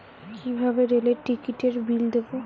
কিভাবে রেলের টিকিটের বিল দেবো?